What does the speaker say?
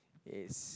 is